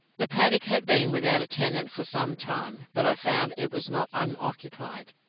the paddock had been without a tenant for some time, but i found it was not unoccupied.